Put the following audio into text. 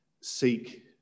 seek